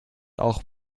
auch